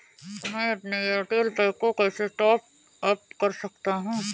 मैं अपने एयरटेल पैक को कैसे टॉप अप कर सकता हूँ?